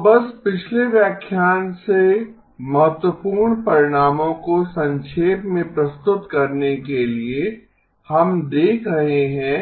तो बस पिछले व्याख्यान से महत्वपूर्ण परिणामों को संक्षेप में प्रस्तुत करने के लिए हम देख रहे हैं